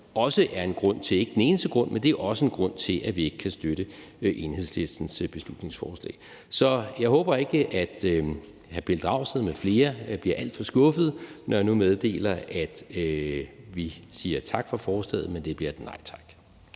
men også en grund til – at vi ikke kan støtte Enhedslistens beslutningsforslag. Så jeg håber ikke, at hr. Pelle Dragsted m.fl. bliver alt for skuffet, når jeg nu meddeler, at vi siger tak for forslaget, men det bliver et nej tak.